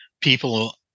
people